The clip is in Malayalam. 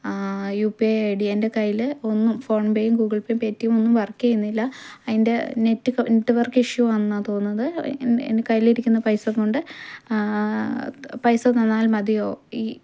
U P I I D എൻ്റെ കയ്യിൽ ഒന്നും ഫോൺ പെയും ഗൂഗിൾ പേയും പേടിഎം ഒന്നും വർക്ക് ചെയ്യുന്നില്ല അതിൻ്റെ നെറ്റ് നെറ്റ്വർക്ക് ഇഷ്യൂ ആന്ന തോന്നുന്നത് എൻ എൻ്റെ കഴിലിരിക്കുന്ന പൈസ കൊണ്ട് പൈസ തന്നാൽ മതിയോ ഇ